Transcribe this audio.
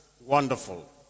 Wonderful